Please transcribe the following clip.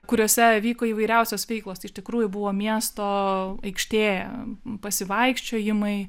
kuriose vyko įvairiausios veiklos iš tikrųjų buvo miesto aikštė pasivaikščiojimai